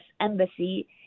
Embassy